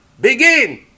begin